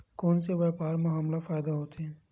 कोन से व्यापार म हमला फ़ायदा होथे?